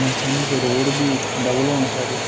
अस चाह्न्ने कि रोड बी डबल होन साढ़े